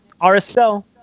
RSL